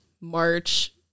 march